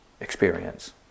experience